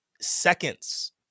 seconds